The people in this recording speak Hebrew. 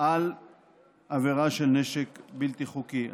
על עבירה של נשק בלתי חוקי.